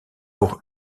pour